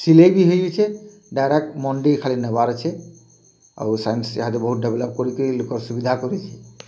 ସିଲେଇ ବି ହେଇଯାଇଛେ ଡାଇରେକ୍ଟ୍ ମଣ୍ଡି ଖାଲି ନେବାର୍ ଅଛେ ଆଉ ସାଇନ୍ସ୍ ଇହାଦେ ବହୁତ୍ ଡେଭ୍ଲ୍ପ କରିକି ଲୁକର୍ ସୁବିଧା କରୁଛି